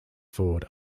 ford